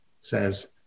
says